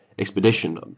expedition